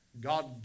God